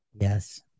Yes